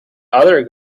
other